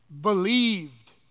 believed